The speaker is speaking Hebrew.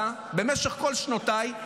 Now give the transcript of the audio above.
עשה במשך כל שנותיי,